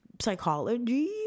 psychology